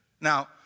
Now